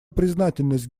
признательность